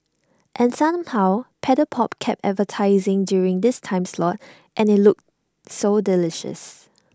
and somehow Paddle pop kept advertising during this time slot and IT looked so delicious